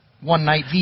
one-night